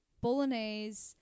bolognese